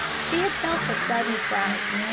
she had felt a sudden fright,